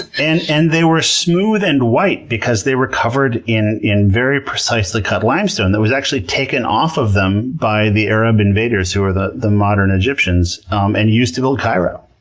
and and they were smooth and white because they were covered in in very precisely cut limestone that was actually taken off of them by the arab invaders who are the the modern egyptians um and used to build cairo.